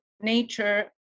nature